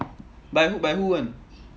by who by who [one]